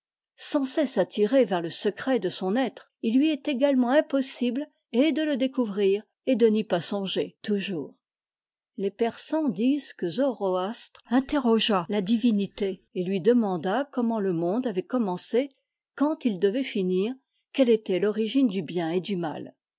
sans cesse attiré vers le secret de son être il lui est également impossible et de le découvrir et de n'y pas songer toujours les persans disent que zoroastre interrogea la divinité et tui demanda comment le monde avait commencé quand il devait finir quelle était l'origine du bien et du mal